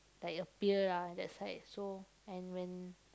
like appear lah that side so and when